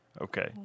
Okay